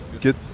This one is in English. get